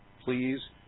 Please